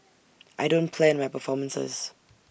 I don't plan my performances